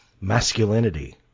masculinity